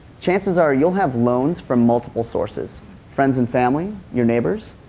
chances are youill have loans from multiple sources friends and family, your neighbors,